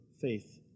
faith